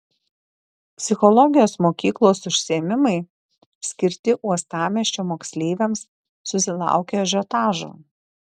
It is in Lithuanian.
psichologijos mokyklos užsiėmimai skirti uostamiesčio moksleiviams susilaukė ažiotažo